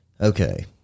Okay